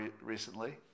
recently